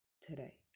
Today